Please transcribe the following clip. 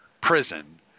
prison